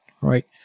right